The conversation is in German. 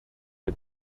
der